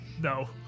No